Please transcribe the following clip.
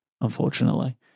unfortunately